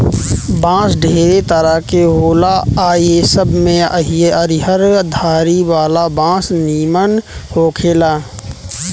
बांस ढेरे तरह के होला आ ए सब में हरियर धारी वाला बांस निमन होखेला